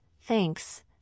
thanks